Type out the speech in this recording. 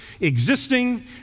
existing